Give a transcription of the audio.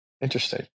Interesting